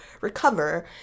recover